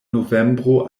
novembro